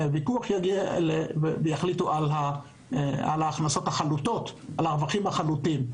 יחליטו על הרווחים החלוטים.